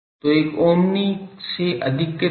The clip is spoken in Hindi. तो एक ओमनी से अधिक कितना